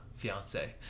fiance